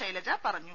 ശൈലജ പറഞ്ഞു